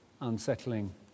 unsettling